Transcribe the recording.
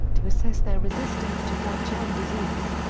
to assess their resistance to dutch elm disease.